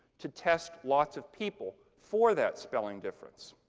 to test lots of people for that spelling difference.